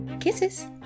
Kisses